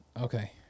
Okay